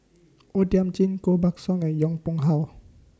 O Thiam Chin Koh Buck Song and Yong Pung How